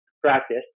practice